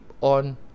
on